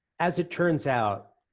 as it turns out,